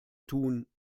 tun